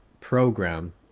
program